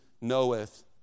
knoweth